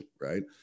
right